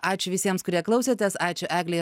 ačiū visiems kurie klausėtės ačiū eglei